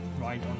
right